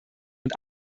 und